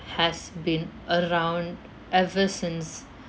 has been around ever since